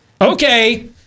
Okay